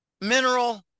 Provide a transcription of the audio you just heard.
mineral